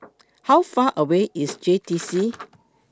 How Far away IS J T C